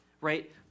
right